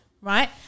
right